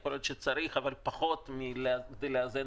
יכול להיות שצריך אבל פחות כדי לאזן